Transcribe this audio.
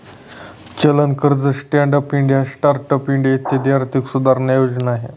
चलन कर्ज, stand up India, start up India इत्यादी आर्थिक सुधारणा योजना आहे